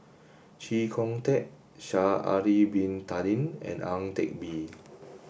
Chee Kong Tet Sha'ari Bin Tadin and Ang Teck Bee